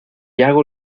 hago